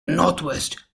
northwest